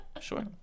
sure